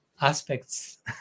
aspects